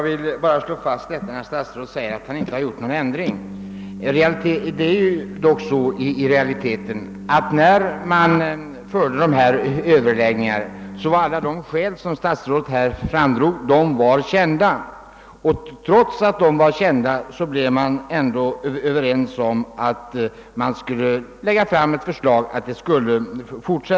Herr talman! I realiteten var ju alla de skäl som statsrådet nu anfört kända vid överläggningarna, och trots detta kom man överens om att det skulle framläggas ett förslag om att systemet skulle bibehållas.